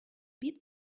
bit